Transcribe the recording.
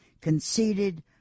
conceded